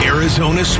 Arizona